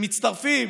שמצטרפים